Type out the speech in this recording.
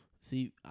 See